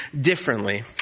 differently